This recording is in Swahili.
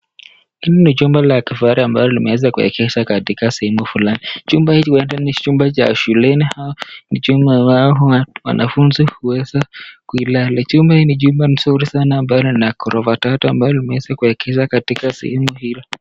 Hii ni jumba ya tofali ambayo imeweza kuengeshwa katika sehemu fulani. Jumba hili uenda ni chumba cha shuleni ama ni chumba cha wanafunzi kuweza kuilala. Jumba hili ni jumba nzuri sana ambalo ni la gorofa tatu, ambalo limeweza kuengeshwa katika sehemu hilo.